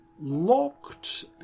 locked